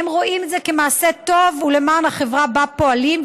הם רואים את זה כמעשה טוב למען החברה שבה הם פועלים,